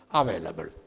available